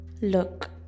Look